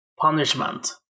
punishment